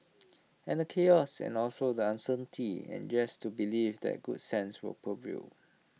and the chaos and also the uncertainty and just to believe that good sense will prevail